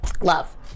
Love